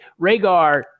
Rhaegar